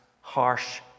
harsh